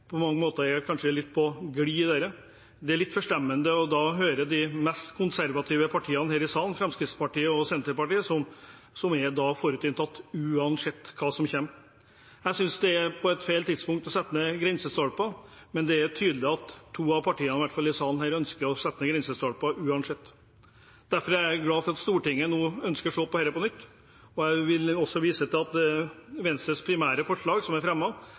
på mange måter kanskje er litt på glid i dette spørsmålet. Men det er litt forstemmende å høre de mest konservative partiene i denne salen, Fremskrittspartiet og Senterpartiet, som er forutinntatt uansett hva som kommer. Jeg synes dette er feil tidspunkt å sette ned grensestolper, men det er tydelig at i hvert fall to av partiene her i salen ønsker å sette ned grensestolper uansett. Derfor er jeg glad for at Stortinget nå ønsker å se på dette på nytt. Venstre vil stemme primært for forslagene nr. 1–3, fra Venstre og Sosialistisk Venstreparti, som herved er